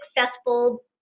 successful